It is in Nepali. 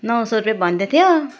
नौ सय रुपियाँ भन्दै थियो